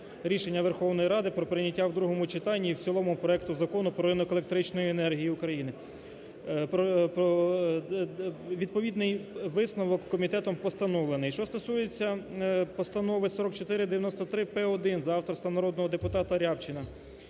рішення Верховної Ради про прийняття в другому читанні і в цілому проекту Закону про ринок електричної енергії України. Відповідний висновок комітетом постановлений. Що стосується постанови 4493-П1 за авторством народного депутата Рябчина.